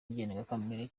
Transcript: ndengakamere